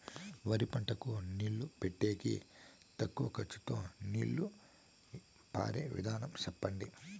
వరి పంటకు నీళ్లు పెట్టేకి తక్కువ ఖర్చుతో నీళ్లు పారే విధం చెప్పండి?